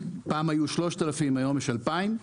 פעם היו 3,000 היום יש 2,000,